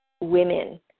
women